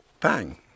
bang